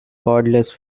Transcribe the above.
cordless